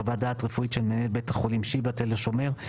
חוות דעת רפואית של מנהל בית חולים שיבא תל השומר,